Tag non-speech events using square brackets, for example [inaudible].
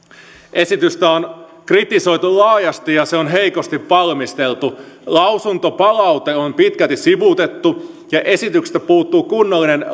esitystä on kritisoitu laajasti ja se on heikosti valmisteltu lausuntopalaute on pitkälti sivuutettu ja esityksestä puuttuu kunnollinen [unintelligible]